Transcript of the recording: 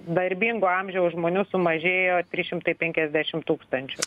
darbingo amžiaus žmonių sumažėjo trys šimtai penkiasdešim tūkstančių